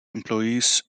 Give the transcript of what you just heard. employees